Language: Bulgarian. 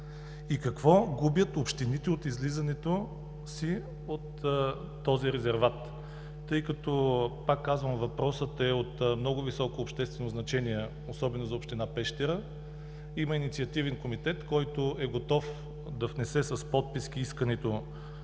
и какво губят общините от излизането си от този резерват? Тъй като, пак казвам, въпросът е от много високо обществено значение, особено за Община Пещера, има инициативен комитет, който е готов да внесе с подписка искането